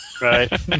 Right